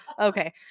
Okay